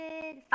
five